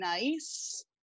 nice